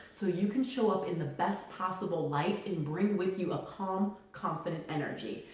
so you can show up in the best possible light and bring with you ah calm, confident energy.